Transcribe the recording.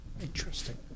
Interesting